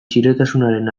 txirotasunaren